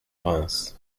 reims